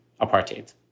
apartheid